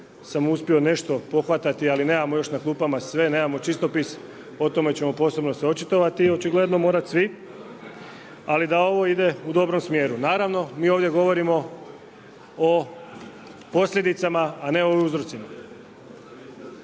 sam uspio nešto pohvatati ali nemamo još na klupama sve, nemamo čistopis, o tome ćemo posebno se očitovati i očigledno morati svi ali da ovo ide u dobrom smjeru. Naravno mi ovdje govorimo o posljedicama a ne o uzrocima.